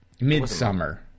midsummer